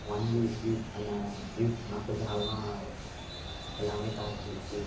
வாங்கி யூஸ் பண்ண யூஸ் பண்ணால் கொஞ்சம் நாள் தான் எல்லாமே தாக்குப்புடிக்கிது